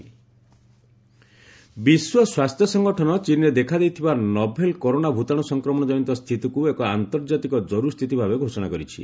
ହୁ virus China ବିଶ୍ୱ ସ୍ୱାସ୍ଥ୍ୟ ସଂଗଠନ ଚୀନ୍ରେ ଦେଖାଦେଇଥିବା ନଭେଲ୍ କରୋନା ଭୂତାଣୁ ସଂକ୍ରମଣ ଜନିତ ସ୍ଥିତିକୁ ଏକ ଆନ୍ତର୍ଜାତିକ ଜରୁରୀ ସ୍ଥିତି ଭାବେ ଘୋଷଣା କରିଛି